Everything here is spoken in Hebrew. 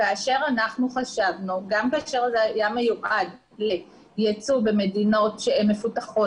כאשר היה מיועד ליצוא למדינות מפותחות,